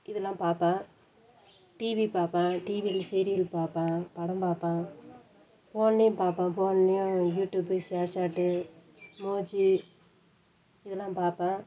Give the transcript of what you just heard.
இதெல்லாம் பார்ப்பேன் டிவி பார்ப்பேன் டிவியில் சீரியல் பார்ப்பேன் படம் பார்ப்பேன் ஃபோன்லேயும் பார்ப்பேன் ஃபோன்லேயும் யூடுப்பு ஷேர் சேட்டு மோஜி இதெல்லாம் பார்ப்பேன்